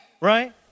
right